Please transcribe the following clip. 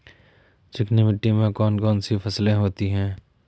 चिकनी मिट्टी में कौन कौन सी फसलें होती हैं?